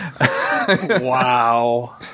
Wow